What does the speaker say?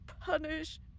punish